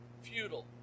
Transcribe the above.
futile